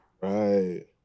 Right